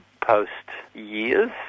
post-years